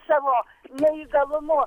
savo neįgalumu